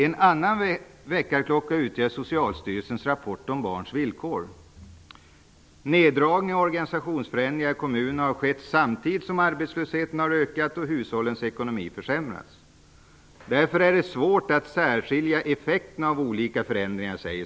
En annan väckarklocka är Socialstyrelsens rapport om barnens villkor. Neddragningar och organisationsförändringar i kommunerna har skett samtidigt som arbetslösheten har ökat och hushållens ekonomi försämrats. Det framgår av Socialstyrelsens rapport att det därför är svårt att särskilja effekterna av olika förändringar.